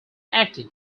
acting